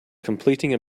completing